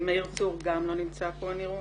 גם מאיר צור לא נמצא כאן.